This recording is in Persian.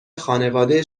خانواده